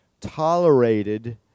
tolerated